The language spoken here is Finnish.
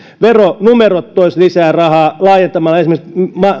veronumerot toisivat lisää rahaa jos laajennetaan esimerkiksi